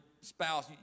spouse